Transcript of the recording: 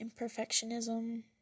imperfectionism